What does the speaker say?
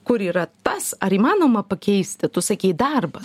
kur yra tas ar įmanoma pakeisti tu sakei darbas